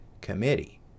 committee